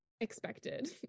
expected